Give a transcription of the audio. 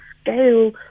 scale